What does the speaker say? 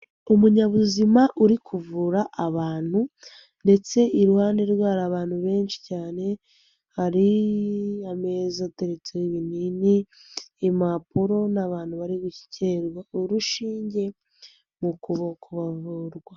Umunyabuzima uri kuvura abantu ndetse iruhande rwe hari abantu benshi cyane, hari ameza ateretseho ibinini, impapuro n'abantu bari guterwa urushinge mu kuboko bavurwa.